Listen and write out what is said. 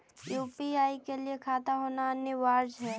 UPI के लिए खाता होना अनिवार्य है?